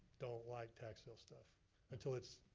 don't like tax sale stuff until it's,